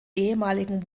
ehemaligen